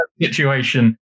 situation